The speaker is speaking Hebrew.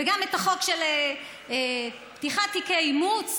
וגם את החוק של פתיחת תיקי אימוץ,